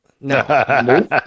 No